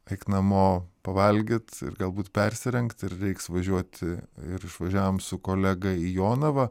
eik namo pavalgyt ir galbūt persirengt ir reiks važiuoti ir išvažiavom su kolega į jonavą